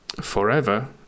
forever